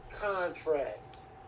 contracts